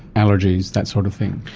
allergies, that sort of thing.